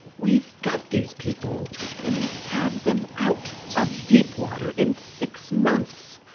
we've got these people we'll have them out of deepwater in six months.